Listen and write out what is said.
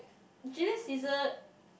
Julia-Caesar